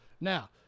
Now